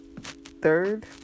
third